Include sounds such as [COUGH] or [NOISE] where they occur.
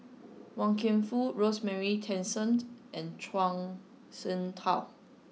Wan Kam Fook Rosemary Tessensohn [NOISE] and Zhuang Shengtao